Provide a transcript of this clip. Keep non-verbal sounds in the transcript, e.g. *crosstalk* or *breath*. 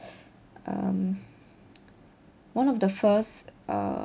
*breath* um one of the first uh